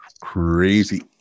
Crazy